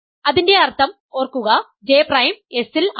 അതിന്റെ അർത്ഥം ഓർക്കുക J പ്രൈം S ൽ ആണ്